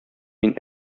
мин